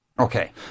Okay